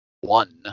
one